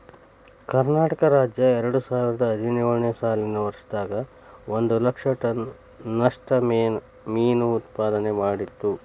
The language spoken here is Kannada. ಕರ್ನಾಟಕ ರಾಜ್ಯ ಎರಡುಸಾವಿರದ ಹದಿನೇಳು ನೇ ಸಾಲಿನ ವರ್ಷದಾಗ ಒಂದ್ ಲಕ್ಷ ಟನ್ ನಷ್ಟ ಮೇನು ಉತ್ಪಾದನೆ ಮಾಡಿತ್ತು